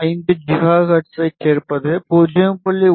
5 ஜிகாஹெர்ட்ஸைச் சேர்ப்பது 0